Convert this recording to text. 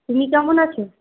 তুমি কেমন আছো